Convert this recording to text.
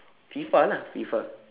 FIFA lah FIFA